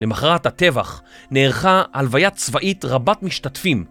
למחרת הטבח נערכה הלוויה צבאית רבת משתתפים